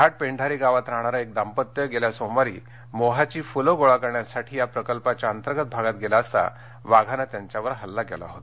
घाटपेंढारी गावात राहणारं एक दांपत्य गेल्या सोमवारी मोहाची फूलं गोळा करण्यासाठी या प्रकल्पाच्या अंतर्गत भागात गेले असता वाघानं त्यांच्यावर हल्ला केला होता